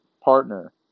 partner